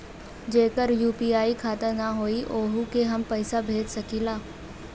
जेकर यू.पी.आई खाता ना होई वोहू के हम पैसा भेज सकीला?